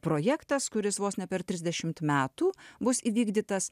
projektas kuris vos ne per trisdešimt metų bus įvykdytas